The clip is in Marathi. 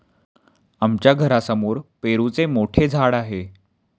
आमच्या घरासमोर पेरूचे मोठे झाड आहे